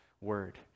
word